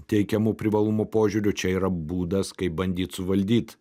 teikiamų privalumų požiūriu čia yra būdas kaip bandyt suvaldyt